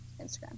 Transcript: Instagram